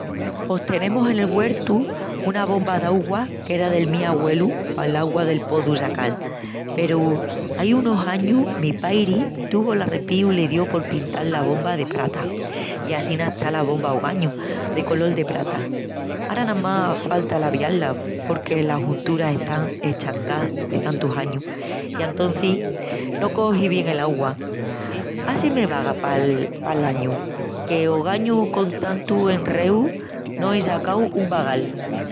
Pos tenemus en el güertu una bomba d'augua qu'era del mi agüelu pal augua del pozu sacal. Peru ai unus añus mi pairi tuvu l'arrepíu i le dio por pintak ka bomba de prata. I assina está la bomba ogañu, de colol-de-prata. Ara namás falta l'aviá-la porque las junturas están eschangás de tantus añus i antocis no cogi bien el augua. Á si me vaga pal añu qu'ogañu con tantu enreu no ei sacau un vagal!